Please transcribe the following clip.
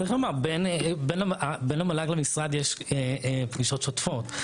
צריך לומר שבין המועצה להשכלה גבוהה למשרד יש פגישות שוטפות.